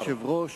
אדוני היושב-ראש,